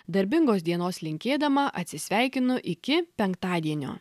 darbingos dienos linkėdama atsisveikinu iki penktadienio